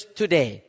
today